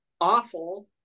awful